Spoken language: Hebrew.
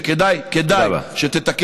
וכדאי, תודה רבה.